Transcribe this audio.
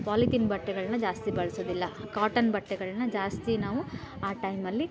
polythene ಬಟ್ಟೆಗಳನ್ನ ಜಾಸ್ತಿ ಬಳಸೋದಿಲ್ಲ ಕಾಟನ್ ಬಟ್ಟೆಗಳನ್ನ ಜಾಸ್ತಿ ನಾವು ಆ ಟೈಮಲ್ಲಿ